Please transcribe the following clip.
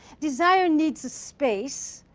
desire needs space.